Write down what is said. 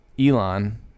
Elon